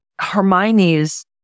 Hermione's